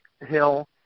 Hill